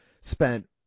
spent